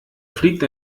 fliegt